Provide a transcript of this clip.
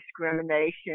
discrimination